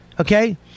Okay